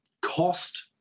cost